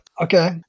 okay